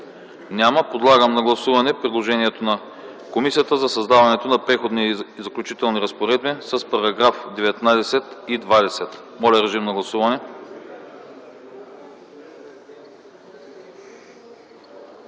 Няма. Подлагам на гласуване предложението на комисията за създаването на Преходни и заключителни разпоредби с параграфи 19 и 20. Гласували